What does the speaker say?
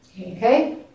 Okay